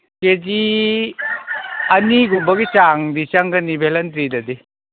ꯀꯦ G ꯑꯅꯤꯒꯨꯝꯕꯒꯤ ꯆꯥꯡꯗꯤ ꯆꯪꯒꯅꯤ ꯕꯦꯂꯟꯗ꯭ꯔꯤꯗꯗꯤ